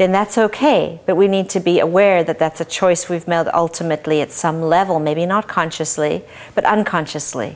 then that's ok but we need to be aware that that's a choice we've made ultimately at some level maybe not consciously but unconsciously